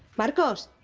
marcos,